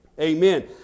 amen